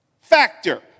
factor